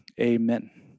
Amen